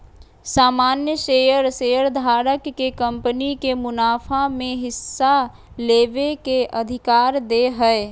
सामान्य शेयर शेयरधारक के कंपनी के मुनाफा में हिस्सा लेबे के अधिकार दे हय